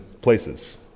places